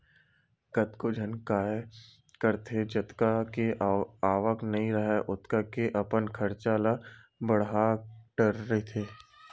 कतको झन काय करथे जतका के आवक नइ राहय ओतका के अपन खरचा ल बड़हा डरे रहिथे